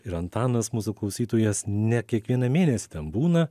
ir antanas mūsų klausytojas ne kiekvieną mėnesį ten būna